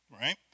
right